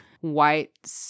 white